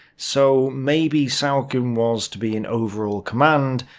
so maybe sauken was to be in overall command,